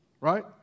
right